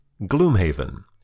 Gloomhaven